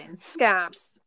scabs